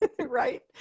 right